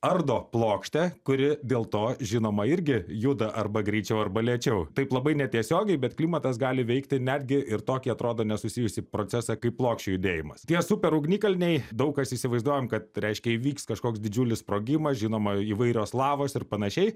ardo plokštę kuri dėl to žinoma irgi juda arba greičiau arba lėčiau taip labai netiesiogiai bet klimatas gali veikti netgi ir tokį atrodo nesusijusį procesą kaip plokščių judėjimas tie super ugnikalniai daug kas įsivaizduojam kad reiškia įvyks kažkoks didžiulis sprogimas žinoma įvairios lavos ir panašiai